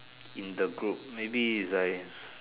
in the group maybe is like